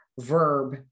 verb